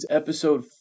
episode